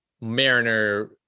Mariner